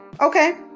okay